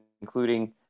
including